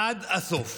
עד הסוף,